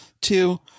Two